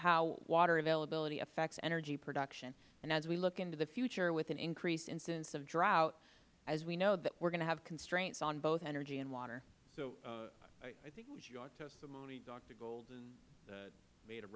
how water availability affects energy production and as we look into the future with an increased incidence of drought as we know that we are going to have constraints on both energy and water the chairman so i think it was your testimony doctor golden that made a